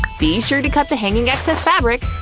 be sure to cut the hanging excess fabric.